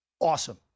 Awesome